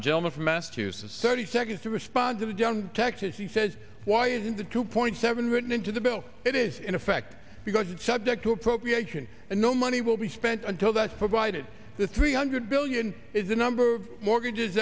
the gentleman from massachusetts thirty seconds to respond to john texas he says why isn't the two point seven written into the bill it is in effect because it's subject to appropriation and no money will be spent on told us provided the three hundred billion is the number of mortgages